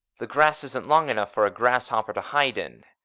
the grass isn't long enough for a grasshopper to hide in,